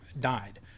died